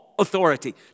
Authority